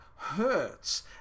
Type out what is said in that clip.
Hurts